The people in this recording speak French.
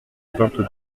l’article